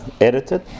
edited